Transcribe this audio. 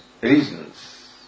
reasons